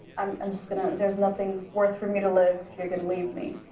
um i'm just gonna there's nothing worth for me to live if you're gonna leave me.